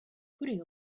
putting